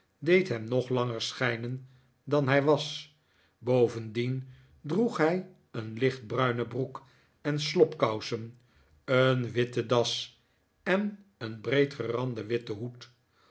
deed hem nog langer schijnen dan hij was bovendien droeg hij een lichtbruine broek en slobkousen een witte das en een breedgeranden witten hoed